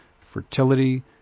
fertility